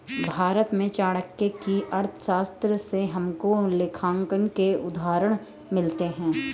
भारत में चाणक्य की अर्थशास्त्र से हमको लेखांकन के उदाहरण मिलते हैं